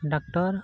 doctor